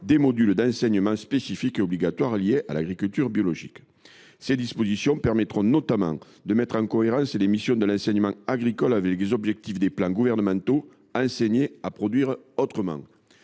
des modules d’enseignement spécifiques et obligatoires liés à l’agriculture biologique. Ces dispositions permettront notamment de mettre en cohérence les missions de l’enseignement agricole avec les objectifs des plans gouvernementaux Enseigner à produire autrement,